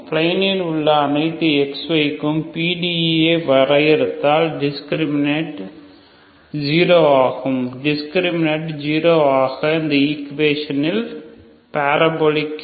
பிளைனில் உள்ள அனைத்து xy க்கும் PDE ஐ வரையறுத்தால் டிஸ்கிரிமினனெட் 0 ஆகும் டிஸ்கிரிமினனெட் 0 ஆகவே அந்த ஈக்குவெஸ்ஷன் பரபோலிக்